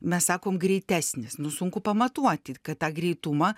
mes sakom greitesnis nu sunku pamatuoti kad tą greitumą